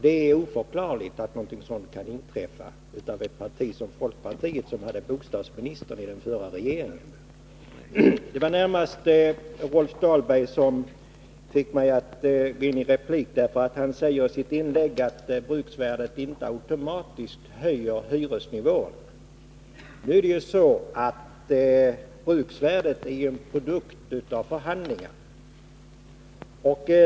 Det är oförklarligt att något sådant kan inträffa inom ett parti som folkpartiet, som ju bostadsministern i den förra regeringen tillhörde. Det var närmast Rolf Dahlberg som fick mig att begära replik, för han sade i sitt inlägg att bruksvärdet inte automatiskt höjer hyresnivån. Det är så att bruksvärdet är en produkt av förhandlingar.